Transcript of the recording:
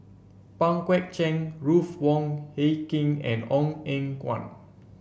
Pang Guek Cheng Ruth Wong Hie King and Ong Eng Guan